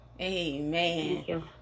amen